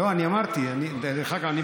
לא, אני אמרתי, דרך אגב, אני